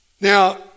Now